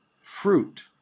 fruit